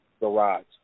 garage